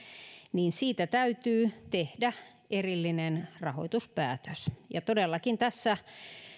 siitä täytyy tehdä erillinen rahoituspäätös ja todellakin tässä